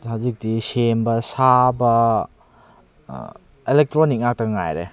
ꯍꯧꯖꯤꯛꯇꯤ ꯁꯦꯝꯕ ꯁꯥꯕ ꯏꯂꯦꯛꯇ꯭ꯔꯣꯅꯤꯛ ꯉꯥꯛꯇ ꯉꯥꯏꯔꯦ